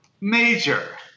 major